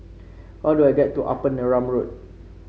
how do I get to Upper Neram Road